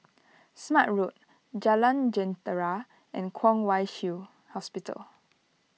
Smart Road Jalan Jentera and Kwong Wai Shiu Hospital